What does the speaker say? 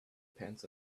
pants